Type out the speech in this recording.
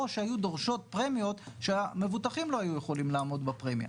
שהיו דורשות פרמיות שהמבוטחים לא היו יכולים לעמוד בפרמיה,